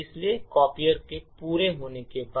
इसलिए कॉपियर के पूरा होने के बाद